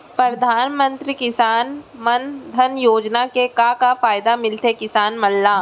परधानमंतरी किसान मन धन योजना के का का फायदा मिलथे किसान मन ला?